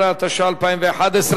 17), התשע"א 2011,